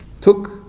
took